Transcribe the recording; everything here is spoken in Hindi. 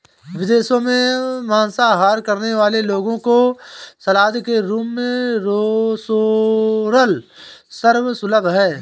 विदेशों में मांसाहार करने वाले लोगों को सलाद के रूप में सोरल सर्व सुलभ है